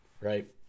right